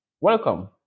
welcome